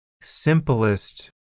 simplest